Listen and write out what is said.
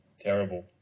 terrible